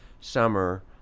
summer